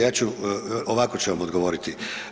Ja ću, ovako ću vam odgovoriti.